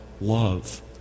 love